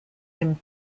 him